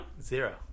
Zero